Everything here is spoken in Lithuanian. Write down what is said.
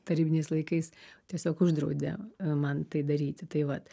tarybiniais laikais tiesiog uždraudė man tai daryti tai vat